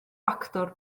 actor